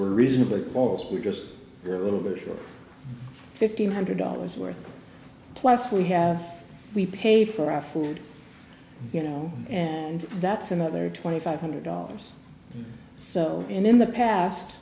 we're reasonably close we're just a little bit sure fifteen hundred dollars worth plus we have we pay for a food you know and that's another twenty five hundred dollars so in the past